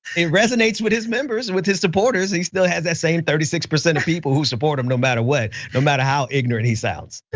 it resonates with his members and with his supporters. he still has that same thirty six percent of people who support him no matter what, no matter how ignorant he sounds.